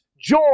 joy